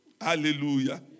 Hallelujah